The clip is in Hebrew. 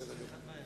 בסדר גמור.